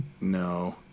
No